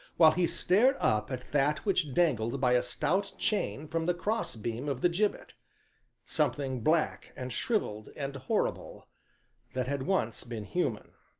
while he stared up at that which dangled by a stout chain from the cross-beam of the gibbet something black and shrivelled and horrible that had once been human.